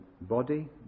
body